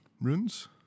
runes